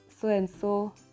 so-and-so